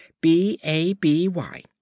B-A-B-Y